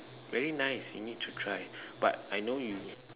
very nice you need to try but I know you